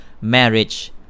marriage